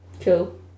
cool